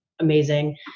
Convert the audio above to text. amazing